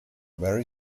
very